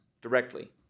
directly